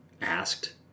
asked